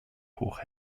hoch